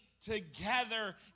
together